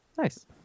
Nice